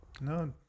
No